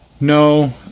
no